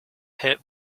hat